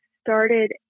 started